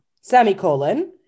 Semicolon